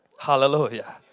hallelujah